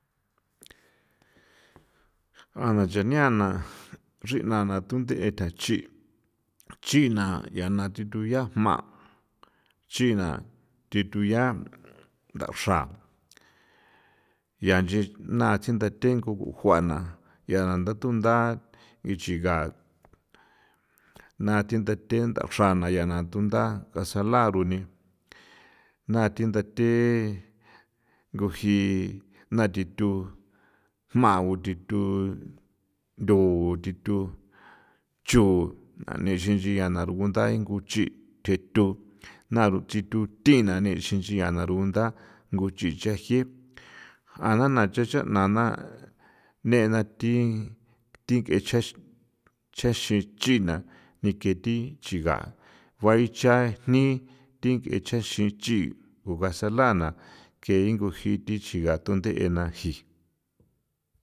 Ja na nchania na nchrina ña thunde'e nthachi' na na ya thituya jma' chi' na thi thuya nthaxra ncha nchin na tengu jua na ncha na tha thuntha inchin nga na thinthate nthaxra ya na ya na thuntha cazela runi naa thinthathe nguji na thithu jmau thithu ndu thithu chu nixin nchi gana thi ruguntha nguchi' the thu na ruchi thu thina nexi nchia na rugunda nguchi cheji a na na cha cha'na na nena thi thi k'e chexin chaxin china ni ke thi chiga kuae cha jni think'e chaxi chi gugase la' na ke nguji thi chiga thunde'e na ji.